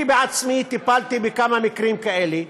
אני בעצמי טיפלתי בכמה מקרים כאלה,